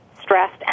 stressed